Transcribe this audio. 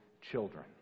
children